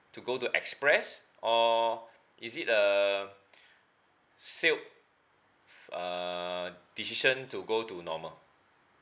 to go to express or is it uh silk uh decision to go to normal